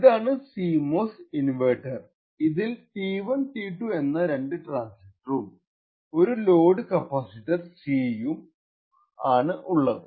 ഇതാണ് CMOS inverter ഇതിൽ T1 T2 എന്ന രണ്ടു ട്രാന്സിസ്റ്ററും ഒരു ലോഡ് കപ്പാസിറ്റർ C ഉം ആണുള്ളത്